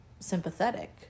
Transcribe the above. Sympathetic